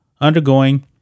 undergoing